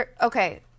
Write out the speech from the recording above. Okay